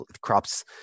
Crops